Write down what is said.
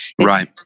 Right